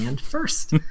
first